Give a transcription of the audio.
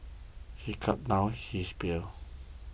he gulped down his beer